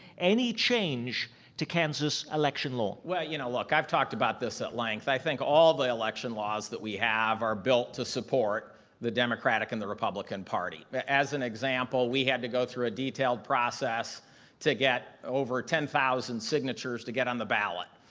any change to kansas election law? orman well, you know look, i've talk about this at length. i think all the election laws we have are built to support the democratic and the republican parties. as an example, we had to go through a detailed process to get over ten thousand signatures to get on the ballot.